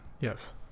Yes